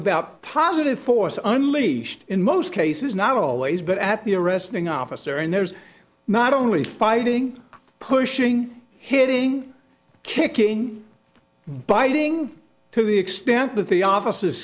about positive force unleashed in most cases not always but at the arresting officer and there's not only fighting pushing hitting kicking biting to the extent that the o